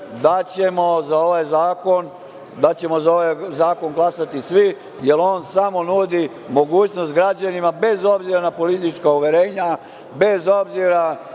da ćemo za ovaj zakon glasati svi, jer on samo nudi mogućnost građanima, bez obzira na politička uverenja, bez obzira na